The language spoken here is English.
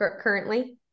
currently